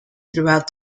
throughout